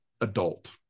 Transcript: adult